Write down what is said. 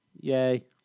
Yay